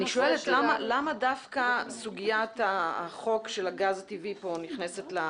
אני שואלת למה דווקא סוגיית החוק של הגז הטבעי פה נכנסת?